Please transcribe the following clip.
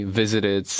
visited